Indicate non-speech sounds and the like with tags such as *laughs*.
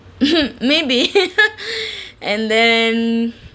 *noise* maybe *laughs* and then